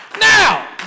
Now